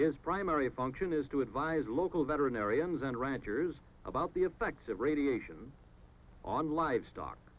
is primary function is to advise local veterinarians and ranchers about the effects of radiation on livestock